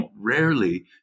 rarely